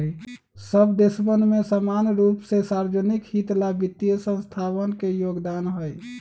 सब देशवन में समान रूप से सार्वज्निक हित ला वित्तीय संस्थावन के योगदान हई